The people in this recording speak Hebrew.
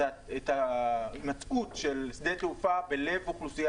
את הימצאות שדה התעופה בלב אוכלוסייה